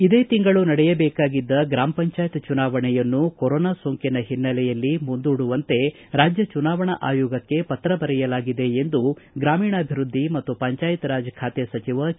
ಇದೇ ತಿಂಗಳು ನಡೆಯಬೇಕಾಗಿದ್ದ ಗ್ರಾಮ ಪಂಚಾಯತ್ ಚುನಾವಣೆಯನ್ನು ಕೊರೋನಾ ಸೋಂಕಿನ ಹಿನ್ನೆಲೆಯಲ್ಲಿ ಮುಂದೂಡುವಂತೆ ರಾಜ್ಯ ಚುನಾವಣಾ ಆಯೋಗಕ್ಕೆ ಪತ್ರ ಬರೆಯಲಾಗಿದೆ ಎಂದು ಗ್ರಾಮೀಣಾಭಿವೃದ್ದಿ ಮತ್ತು ಪಂಚಾಯತ್ರಾಜ್ ಖಾತೆ ಸಚಿವ ಕೆ